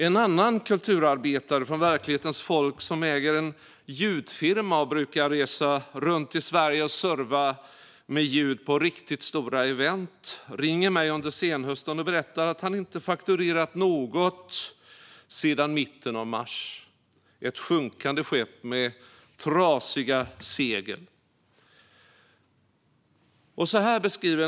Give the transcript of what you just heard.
En annan kulturarbetare från verklighetens folk, som äger en ljudfirma och som brukar resa runt i Sverige och serva när det gäller ljud på riktigt stora event, ringer mig under senhösten och berättar att han inte fakturerat något sedan mitten av mars. Det är ett sjunkande skepp med trasiga segel.